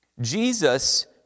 Jesus